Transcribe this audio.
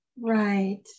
Right